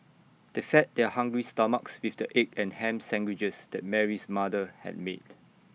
they fed their hungry stomachs with the egg and Ham Sandwiches that Mary's mother had made